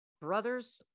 brothers